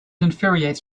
infuriates